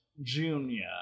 Junior